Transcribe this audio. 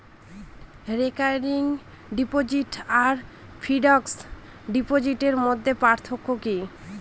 Recurring deposit আর fixed ডিপোজিটের মধ্যে পার্থক্য কি?